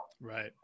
Right